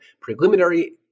preliminary